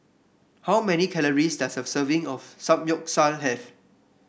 how many calories does a serving of Samgyeopsal have